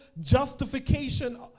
justification